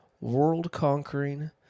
world-conquering